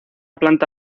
planta